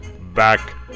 Back